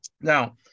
Now